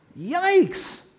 Yikes